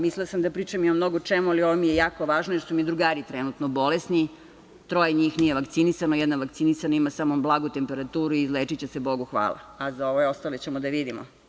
Mislila sam da pričam i o mnogo čemu, ali ovo mi je jako važno jer su mi drugari trenutno bolesni, troje njih nije vakcinisano, jedna vakcinisana ima samo blagu temperaturu i lečiće se, Bogu hvala, a za ove ostale ćemo da vidimo.